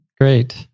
Great